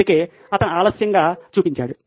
అందుకే అతను ఆలస్యంగా వచ్చాడు